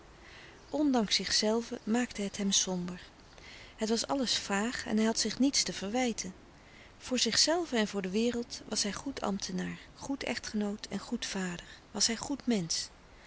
ondanks zichzelven maakte het hem somber het was alles vaag en hij had zich niets te verwijten voor zichzelven en voor de wereld was hij goed ambtenaar goed echtgenoot en goed vader was hij goed mensch